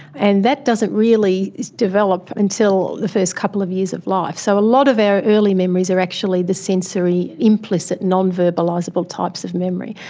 and that doesn't really develop until the first couple of years of life. so a lot of our early memories are actually the sensory implicit non-verbalisable types of memory.